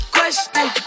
Question